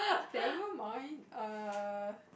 never mind err